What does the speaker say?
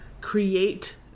create